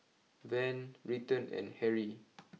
Van Britton and Harry